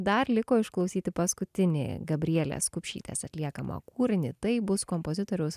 dar liko išklausyti paskutinį gabrielės kupšytės atliekamą kūrinį tai bus kompozitoriaus